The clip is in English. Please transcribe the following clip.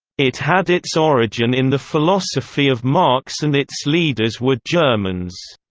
it had its origin in the philosophy of marx and its leaders were germans